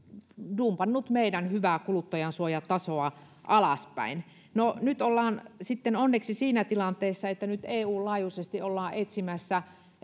dumpannut meidän hyvää kuluttajansuojatasoamme alaspäin no nyt ollaan sitten onneksi siinä tilanteessa että eun laajuisesti ollaan etsimässä